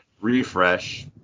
refresh